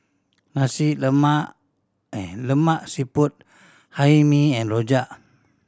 Nasi Lemak Lemak Siput Hae Mee and rojak